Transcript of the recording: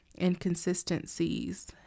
inconsistencies